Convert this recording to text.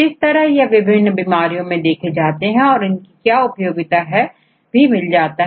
इसके अलावा एंजाइम का उपयोग इंजीनियरिंग आदि के बारे में भी ज्ञात हो जाता है